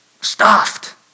stuffed